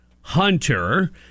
Hunter